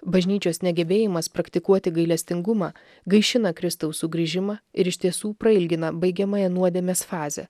bažnyčios negebėjimas praktikuoti gailestingumą gaišina kristaus sugrįžimą ir iš tiesų prailgina baigiamąją nuodėmės fazę